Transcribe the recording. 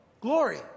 Glory